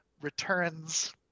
returns